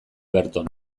berton